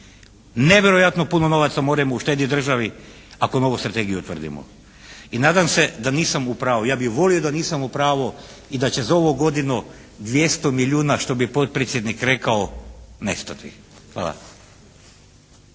Nevjerojatno puno novaca možemo uštedjeti državi ako novu strategiju utvrdimo. I nadam se da nisam u pravu, ja bih volio da nisam u pravu i da će za ovu godinu 200 milijuna što bi potpredsjednik rekao nestati. Hvala.